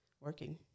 working